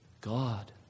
God